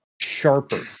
sharper